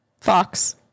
Fox